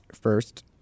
first